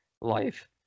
life